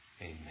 amen